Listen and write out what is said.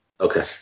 okay